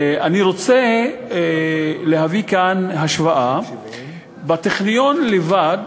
אני רוצה להביא כאן השוואה: בטכניון לבד,